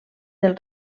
del